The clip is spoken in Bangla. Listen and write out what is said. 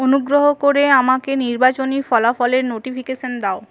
অনুগ্রহ করে আমাকে নির্বাচনী ফলাফলের নোটিফিকেশান দাও